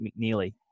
McNeely